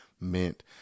meant